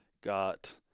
got